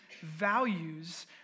values